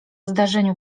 zdarzeniu